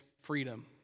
freedom